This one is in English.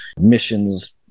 missions